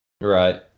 right